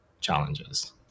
challenges